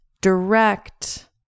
direct